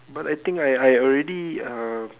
but I think I I already uh